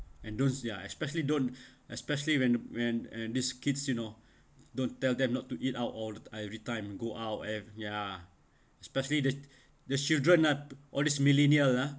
and those ya especially don't especially when when and this kids you know don't tell them not to eat out all every time go out and ya especially the the children at all these millenia lah